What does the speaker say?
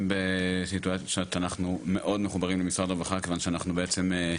בסיטואציה שאנחנו מאוד מחוברים למשרד הרווחה כיוון שאנחנו בעצם,